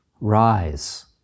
Rise